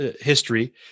history